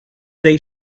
they